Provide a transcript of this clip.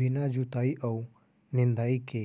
बिना जुताई अऊ निंदाई के